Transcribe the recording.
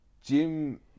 Jim